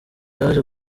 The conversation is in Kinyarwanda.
yaje